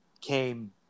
came